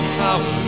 power